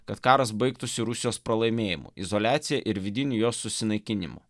kad karas baigtųsi rusijos pralaimėjimu izoliacija ir vidiniu jos susinaikinimu